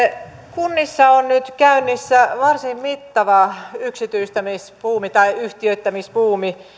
kunnissa on nyt käynnissä varsin mittava yksityistämisbuumi tai yhtiöittämisbuumi